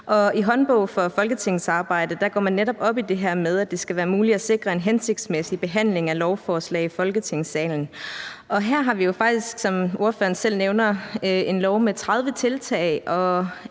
I »Håndbog i folketingsarbejdet« går man netop op i det her med, at det skal være muligt at sikre en hensigtsmæssig behandling af lovforslag i Folketingssalen, og her har vi jo faktisk,